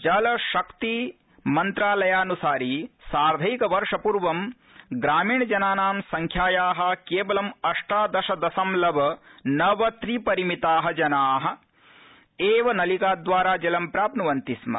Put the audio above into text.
जल शक्ति मन्त्रालयानुसारि सार्धैकवर्षपूर्वं ग्रामीण जनानां संख्याया केवलम् अष्टादश दशमलव नव परिमिता जना वे नलिकाद्वारा जलं प्राप्तन्वन्ति स्म